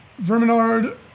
Verminard